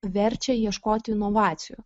verčia ieškoti inovacijų